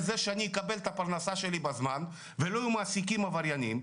זה שאני אקבל את הפרנסה שלי בזמן ולא מעסיקים עבריינים,